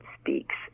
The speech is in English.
speaks